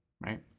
right